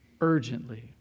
urgently